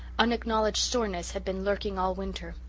unacknowledged soreness had been lurking all winter.